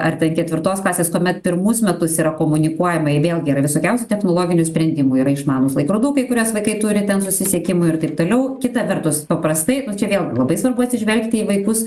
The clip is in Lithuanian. ar ketvirtos klasės tuomet pirmus metus yra komunikuojama ir vėlgi yra visokiausių technologinių sprendimų yra išmanūs laikrodukai kuriuos vaikai turi ten susisiekimui ir taip toliau kita vertus paprastai bet čia vėl labai svarbu atsižvelgti į vaikus